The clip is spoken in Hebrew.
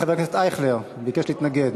חבר הכנסת אייכלר ביקש להתנגד,